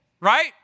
right